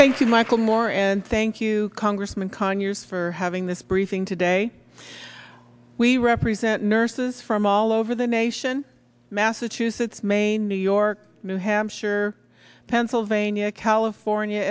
you michael moore and thank you congressman conyers for having this briefing today we represent nurses from all over the nation massachusetts maine new york new hampshire pennsylvania california